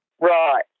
Right